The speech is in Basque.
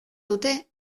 dute